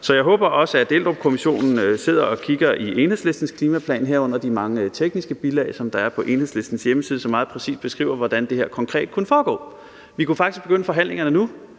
Så jeg håber også, at Eldrupkommissionen sidder og kigger i Enhedslistens klimaplan, herunder de mange tekniske bilag, som der er på Enhedslistens hjemmeside, som meget præcist beskriver, hvordan det her konkret kunne foregå. Vi kunne faktisk begynde forhandlingerne nu